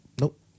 Nope